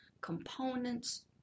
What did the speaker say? components